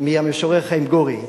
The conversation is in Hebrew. מהמשורר חיים גורי,